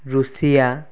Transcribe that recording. Russia